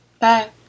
Bye